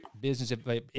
business